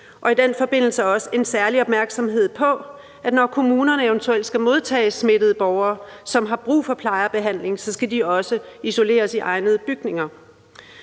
og i den forbindelse også en særlig opmærksomhed på, at når kommunerne eventuelt skal modtage smittede borgere, som har brug for pleje og behandling, så skal de også isoleres i egnede bygninger.